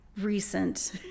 recent